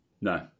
No